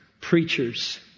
preachers